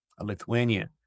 Lithuania